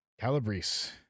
Calabrese